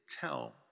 tell